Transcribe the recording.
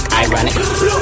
ironic